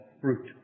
fruit